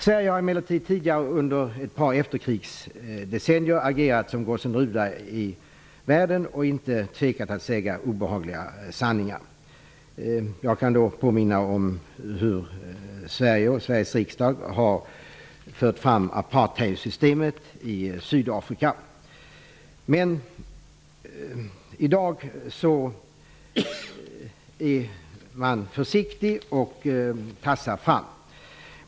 Sverige har emellertid tidigare, under ett par efterkrigsdecennier, agerat som gossen Ruda i världen och inte tvekat att säga obehagliga sanningar. Jag kan påminna om hur Sverige och Sveriges riksdag har tagit ställning mot apartheidsystemet i Sydafrika. Men i dag är man försiktig och tassar fram.